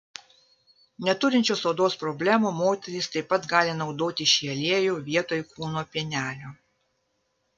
neturinčios odos problemų moterys taip pat gali naudoti šį aliejų vietoj kūno pienelio